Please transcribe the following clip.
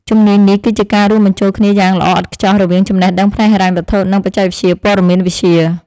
ជំនាញនេះ គឺជាការរួមបញ្ចូលគ្នាយ៉ាងល្អឥតខ្ចោះរវាងចំណេះដឹងផ្នែកហិរញ្ញវត្ថុ និងបច្ចេកវិទ្យាព័ត៌មានវិទ្យា។